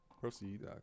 Proceed